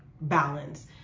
balance